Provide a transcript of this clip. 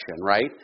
right